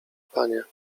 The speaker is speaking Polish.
panie